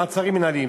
מעצרים מינהליים,